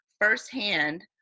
firsthand